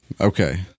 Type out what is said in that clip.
Okay